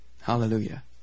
Hallelujah